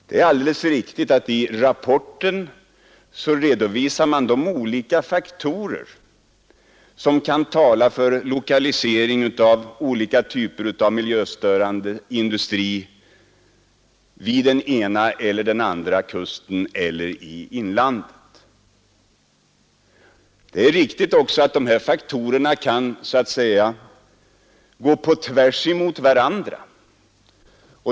Det är alldeles riktigt att man i rapporten redovisar de olika faktorer som kan tala för lokalisering av olika typer av miljöstörande industri vid den ena eller andra kusten eller i inlandet. Det är också riktigt att dessa faktorer kan så att säga gå på tvärs emot varandra.